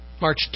March